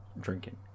drinking